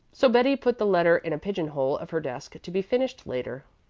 so betty put the letter in a pigeon-hole of her desk to be finished later.